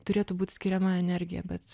turėtų būt skiriama energija bet